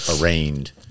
arraigned